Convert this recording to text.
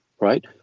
Right